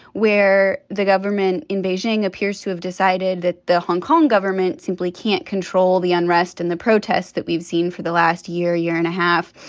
where the government in beijing appears to have decided that the hong kong government simply can't control the unrest and the protests that we've seen for the last year, year and a half,